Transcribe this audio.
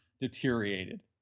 deteriorated